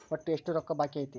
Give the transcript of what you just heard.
ಒಟ್ಟು ಎಷ್ಟು ರೊಕ್ಕ ಬಾಕಿ ಐತಿ?